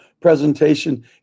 presentation